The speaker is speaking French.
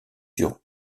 sur